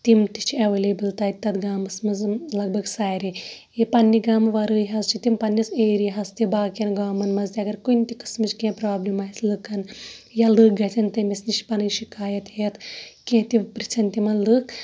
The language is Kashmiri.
تِم تہِ چھِ ایٚولیبٕل تَتہِ تَتھ گامَس مَنٛز لَگ بَگ سارے یہِ پَننہِ گامہِ وَرٲے حظ چھِ تِم پَننِس ایریا ہَس تہِ باقیَن گامَن مَنٛز تہِ اَگَر کُنہِ تہِ قِسمٕچ کینٛہہ پرابلِم آسہِ لُکَن یا لُکھ گَژھن تٔمِس نِش پَنٕنۍ شِکایَت ہیٚتھ کینٛہہ تہِ پرژھن تِمَن لُکھ